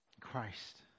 Christ